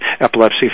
Epilepsy